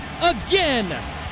again